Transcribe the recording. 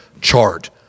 chart